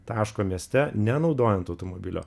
taško mieste nenaudojant automobilio